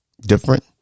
Different